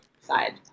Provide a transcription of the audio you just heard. side